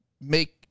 make